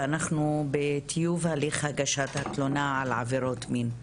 ואנחנו בטיוב הליך הגשת התלונה על עבירות מין.